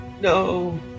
No